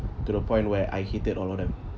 to the point where I hated all of them